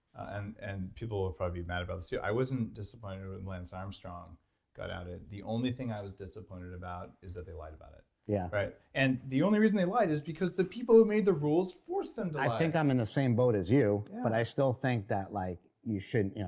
and and people will probably be mad about this. yeah i wasn't disappointed when lance armstrong got outed. the only thing i was disappointed about is that they lied about it, yeah right? yeah and the only reason they lied is because the people who made the rules forced them to lie i think i'm in the same boat as you, but i still think that like you shouldn't, yeah